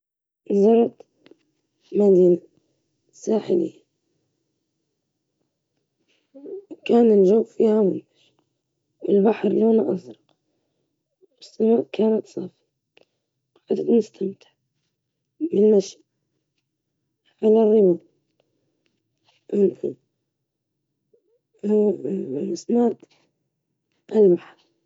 آخر رحلة لي كانت إلى الريف، حيث الطبيعة الهادئة والمناظر الجميلة، استمتعت بالمساحات الخضراء والمناظر الطبيعية التي كانت مريحة للذهن.